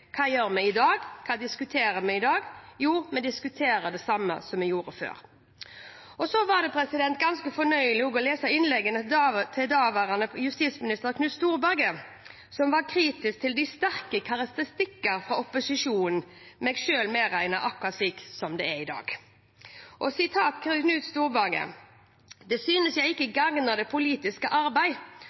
Hva skal vi gjøre i dag? Hva diskuterer vi i dag? – Jo, vi diskuterer det samme som vi gjorde før. Det var også ganske fornøyelig å lese innleggene til daværende justisminister Knut Storberget, som var kritisk til de sterke karakteristikkene fra opposisjonen, meg selv medregnet, akkurat slik som det er i dag. Knut Storberget sa: «Det syns jeg ikke gagner det politiske